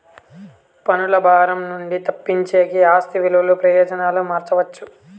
పన్నుల భారం నుండి తప్పించేకి ఆస్తి విలువ ప్రయోజనాలు మార్చవచ్చు